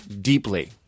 deeply